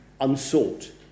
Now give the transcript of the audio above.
unsought